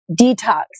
detox